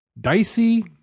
dicey